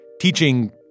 teaching